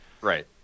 right